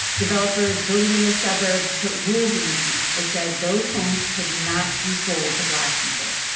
developers building in those suburbs put rules in the deeds that said those homes could not be sold to black people.